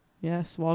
Yes